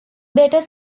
better